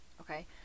okay